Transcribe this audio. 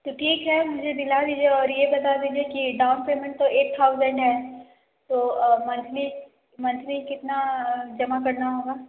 तो ठीक है मुझे दिला दीजिए और ये बता दीजिए कि डाउन पेमेंट तो एट थाउज़ेंड है तो मंथली मंथली कितना जमा करना होगा